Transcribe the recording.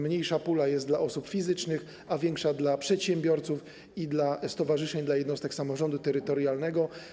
Mniejsza pula jest dla osób fizycznych, a większa dla przedsiębiorców, stowarzyszeń i jednostek samorządu terytorialnego.